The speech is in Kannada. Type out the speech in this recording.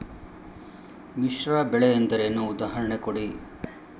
ಮಿಶ್ರ ಬೆಳೆ ಎಂದರೇನು, ಉದಾಹರಣೆ ಕೊಡಿ?